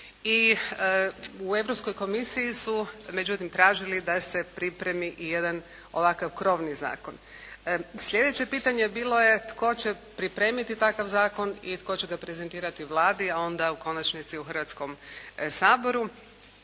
I u Europskoj komisiji su međutim tražili da se pripremi i jedan ovakav krovni zakon. Sljedeće pitanje je bilo tko će pripremiti takav zakon i tko će ga prezentirati Vladi, a onda u konačnici u Hrvatskom saboru.